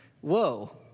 whoa